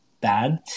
bad